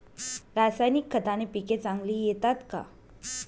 रासायनिक खताने पिके चांगली येतात का?